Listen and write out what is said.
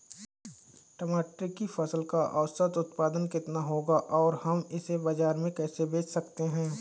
टमाटर की फसल का औसत उत्पादन कितना होगा और हम इसे बाजार में कैसे बेच सकते हैं?